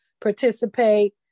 participate